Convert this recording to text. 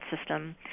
system